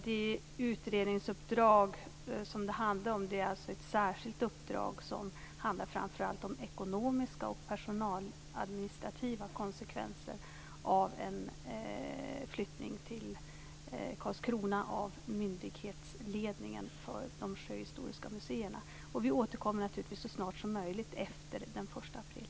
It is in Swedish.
Det utredningsuppdrag som det gäller är ett särskilt uppdrag som handlar framför allt om ekonomiska och personaladministrativa konsekvenser av en flyttning till Karlskrona av myndighetsledningen för de sjöhistoriska museerna. Vi återkommer naturligtvis så snart som möjligt efter den 1 april.